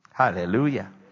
hallelujah